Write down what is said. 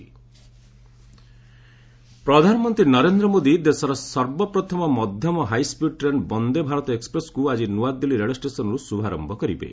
PM train flag ପ୍ରଧାନମନ୍ତ୍ରୀ ନରେନ୍ଦ୍ ମୋଦି ଦେଶର ସର୍ବପ୍ରଥମ ମଧ୍ୟମ ହାଇସ୍କିଡ୍ ଟେନ୍ ବନ୍ଦେ ଭାରତ ଏକ୍ସପ୍ରେସ୍କୁ ଆଜି ନୂଆଦିଲ୍ଲୀ ରେଳ ଷ୍ଟେସନ୍ରୁ ଶୁଭାରମ୍ଭ କରିବେ